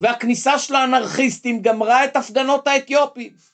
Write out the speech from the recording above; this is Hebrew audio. והכניסה של האנרכיסטים גמרה את הפגנות האתיופים.